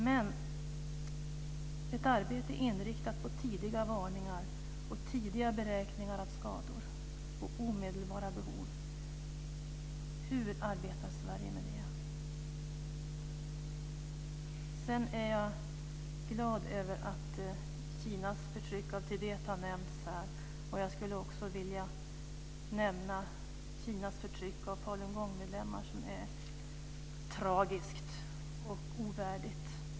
Men hur arbetar Sverige för att få ett arbete inriktat på tidiga varningar, tidiga beräkningar av skador och omedelbara behov? Sedan är jag glad över att Kinas förtryck av Tibet har nämnts här. Jag skulle också vilja nämna Kinas förtryck av falungongmedlemmar som är tragiskt och ovärdigt.